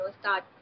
start